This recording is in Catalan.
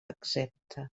exempta